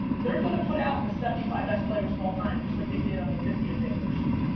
they're gonna put out the seventy five best players of all time, just like they did on the fiftieth anniversary.